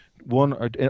one